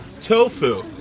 tofu